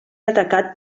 atacat